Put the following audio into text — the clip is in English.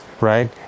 Right